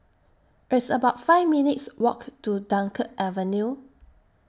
It's about five minutes' Walk to Dunkirk Avenue